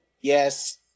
Yes